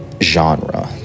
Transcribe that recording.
genre